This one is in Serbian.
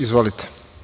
Izvolite.